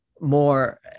more